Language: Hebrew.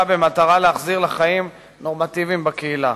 במטרה להחזירם לחיים נורמטיביים בקהילה.